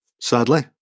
sadly